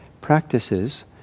practices